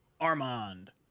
Armand